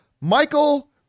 Michael